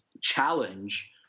challenge